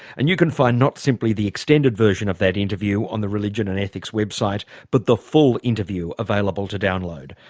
and you can find not simply the extended version of that interview on the religion and ethics website but the full interview available to download.